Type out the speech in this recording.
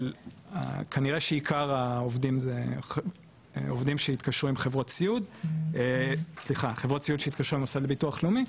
אבל כנראה שעיקר העובדים זה חברות סיעוד שהתקשרו עם ביטוח לאומי,